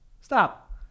stop